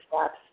steps